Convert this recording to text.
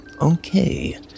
Okay